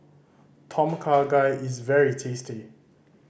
Tom Kha Gai is very tasty